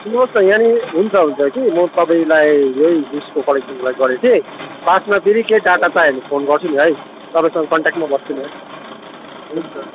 सुन्नुहोस् न यहाँ नि हुन्छ हुन्छ कि म तपाईँलाई यही उइसको कलेक्सनको लागि गरेको थिएँ बादमा फेरि केही डाटा चाहियो भने फोन गर्छु नि है तपाईँसँग कन्ट्याकमा बस्छु नि है हुन्छ